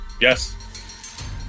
Yes